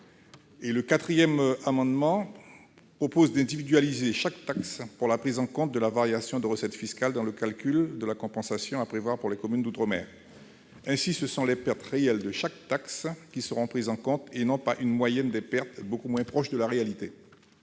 à M. Georges Patient. Il s'agit d'individualiser chaque taxe pour la prise en compte de la variation de recette fiscale dans le calcul de la compensation à prévoir pour les communes d'outre-mer. Ainsi, ce sont les pertes réelles de chaque taxe qui seraient prises en compte, et non pas une moyenne des pertes, beaucoup moins proche de la réalité.